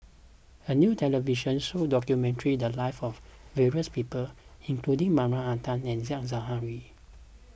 a new television show documented the lives of various people including Marie Ethel Bong and Said Zahari